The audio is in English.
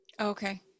okay